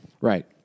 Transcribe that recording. Right